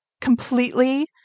completely